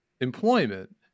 employment